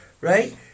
Right